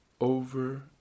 over